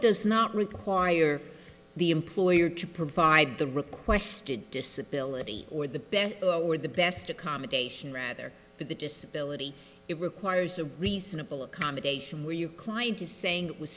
does not require the employer to provide the requested disability or the best or the best accommodation rather for the disability it requires a reasonable accommodation where you client is saying